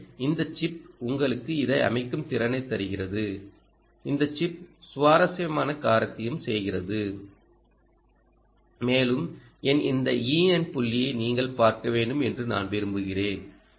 எனவே இந்த சிப் உங்களுக்கு இதை அமைக்கும் திறனைத் தருகிறது இந்த சிப் ஒரு சுவாரஸ்யமான காரியத்தையும் செய்கிறது மேலும் என் இந்தEn புள்ளியை நீங்கள் பார்க்க வேண்டும் என்று நான் விரும்புகிறேன்